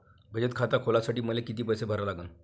बचत खात खोलासाठी मले किती पैसे भरा लागन?